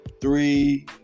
three